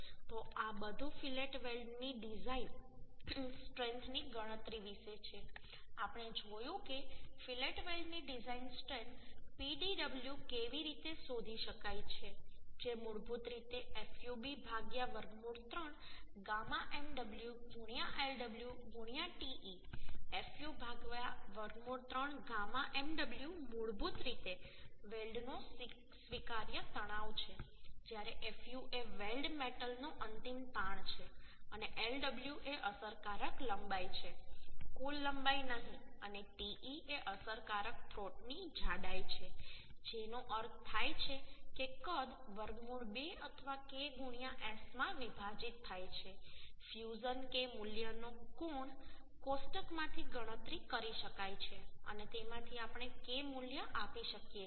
તો આ બધું ફિલેટ વેલ્ડની ડિઝાઇન સ્ટ્રેન્થની ગણતરી વિશે છે આપણે જોયું કે ફિલેટ વેલ્ડ ની ડિઝાઇન સ્ટ્રેન્થ Pdw કેવી રીતે શોધી શકાય જે મૂળભૂત રીતે fub વર્ગમૂળ 3 γ mw Lw te fu વર્ગમૂળ 3 γ mw મૂળભૂત રીતે વેલ્ડનો સ્વીકાર્ય તણાવ છે જ્યારે fu એ વેલ્ડ મેટલનો અંતિમ તાણ છે અને Lw એ અસરકારક લંબાઈ છે કુલ લંબાઈ નહીં અને te એ અસરકારક થ્રોટની જાડાઈ છે જેનો અર્થ થાય છે કે કદ વર્ગમૂળ 2 અથવા K S માં વિભાજીત થાય છે ફ્યુઝન K મૂલ્યનો કોણ કોષ્ટકમાંથી ગણતરી કરી શકાય છે અને તેમાંથી આપણે K મૂલ્ય આપી શકીએ છીએ